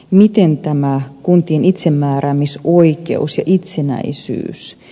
miten kuntien itsemääräämisoikeuden ja itsenäisyys